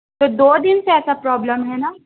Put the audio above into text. دو دن سے ایسا پرابلم ہے نا